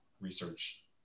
research